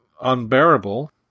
unbearable